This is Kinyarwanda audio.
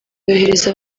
yohereza